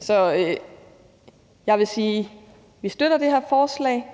Så jeg vil sige, at vi støtter det her forslag,